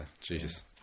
Jesus